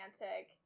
romantic